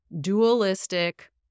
dualistic